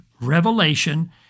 revelation